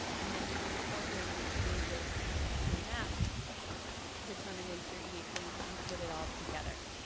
and then you can incorporate any changes that your map determined into your eap and put it all together.